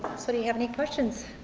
so do you have any questions?